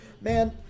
man